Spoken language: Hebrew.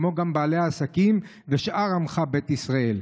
כמו גם בעלי עסקים ושאר עמך בית ישראל,